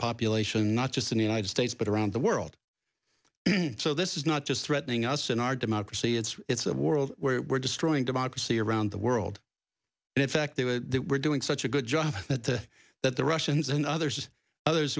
population not just in the united states but around the world so this is not just threatening us in our democracy it's a world where we're destroying democracy around the world and in fact that we're doing such a good job that the that the russians and others others